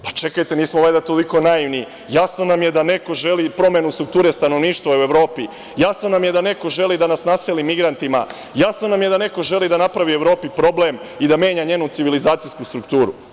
Pa, čekajte, nismo valjda toliko naivni, jasno nam je da neko želi promenu strukture stanovništva u Evropi, jasno nam je da neko želi da nas naseli migrantima, jasno nam je da neko želi da napravi Evropi problem i da menja njenu civilizacijsku strukturu.